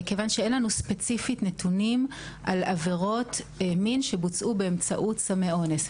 כיוון שאין לנו ספציפית נתונים על עבירות מין שבוצעו באמצעות סמי אונס,